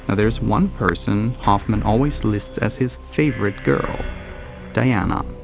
ah there is one person hoffman always lists as his favorite girl diana.